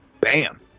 Bam